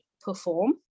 perform